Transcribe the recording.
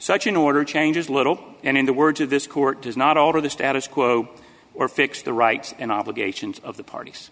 such an order changes little and in the words of this court does not alter the status quo or fix the rights and obligations of the parties